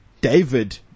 David